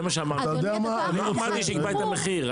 לא אמרתי שהוא יקבע את המחיר,